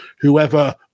whoever